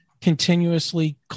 continuously